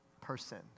person